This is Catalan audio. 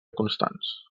constants